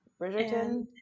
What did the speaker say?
Bridgerton